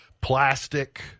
plastic